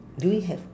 do you have